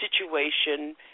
Situation